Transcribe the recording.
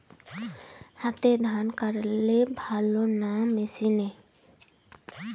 হাতে ধান কাটলে ভালো না মেশিনে?